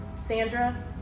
Sandra